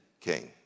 king